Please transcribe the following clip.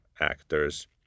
actors